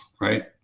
Right